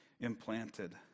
implanted